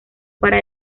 para